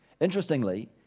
Interestingly